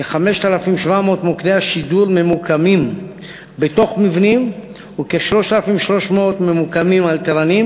כ-5,700 מוקדי שידור ממוקמים בתוך מבנים וכ-3,300 ממוקמים על תרנים.